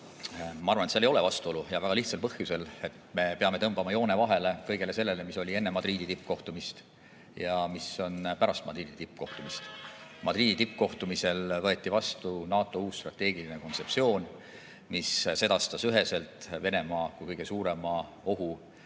Ma arvan, et seal ei ole vastuolu. Ja väga lihtsal põhjusel: me peame tõmbama joone vahele kõigele sellele, mis oli enne Madridi tippkohtumist ja mis on pärast Madridi tippkohtumist. Madridi tippkohtumisel võeti vastu NATO uus strateegiline kontseptsioon, mis sedastas üheselt Venemaa kui kõige suurema ohu